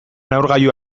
neurgailu